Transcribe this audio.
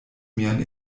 mian